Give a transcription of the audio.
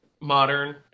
modern